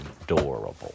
adorable